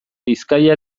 bizkaia